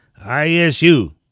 ISU